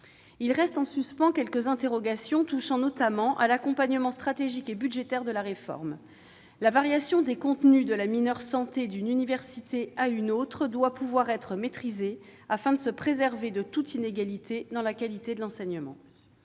restent en suspens, touchant notamment à l'accompagnement stratégique et budgétaire de la réforme. Ainsi, la variation des contenus de la « mineure santé » d'une université à l'autre doit pouvoir être maîtrisée, afin de prévenir toute inégalité dans la qualité de l'enseignement.